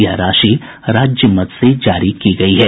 यह राशि राज्य मद से जारी की गयी है